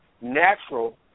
natural